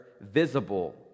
visible